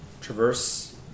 traverse